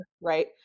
right